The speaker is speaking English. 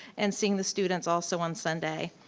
and seeing the students also on sunday.